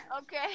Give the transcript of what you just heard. Okay